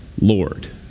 Lord